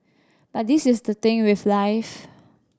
but this is the thing with life